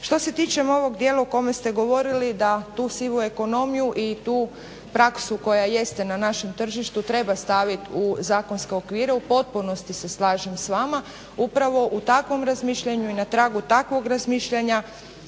Što se tiče ovog dijela u kome ste govorili da tu sivu ekonomiju i tu praksu koja jeste na našem tržištu treba stavit u zakonske okvire, u potpunosti se slažem s vama. Upravo u takvom razmišljanju i na tragu takvog razmišljanja